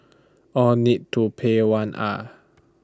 all need to pay one ah